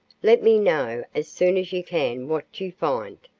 let me know as soon as you can what you find.